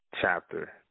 chapter